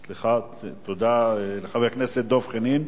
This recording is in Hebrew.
תודה לחבר הכנסת דב חנין.